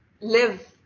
live